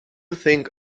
think